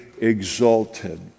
exalted